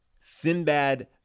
Sinbad